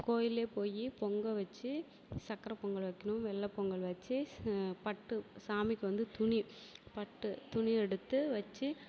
கோயிலையே போய் பொங்கல் வச்சு சர்க்கர பொங்கல் வைக்கணும் வெள்ளை பொங்கல் வச்சு பட்டு சாமிக்கு வந்து துணி பட்டு துணி எடுத்து வச்சு